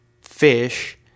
fish